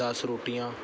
ਦਸ ਰੋਟੀਆਂ